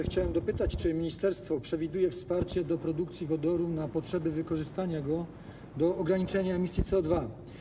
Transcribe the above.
Chciałem dopytać, czy ministerstwo przewiduje wsparcie do produkcji wodoru na potrzeby wykorzystania go do ograniczenia emisji CO2.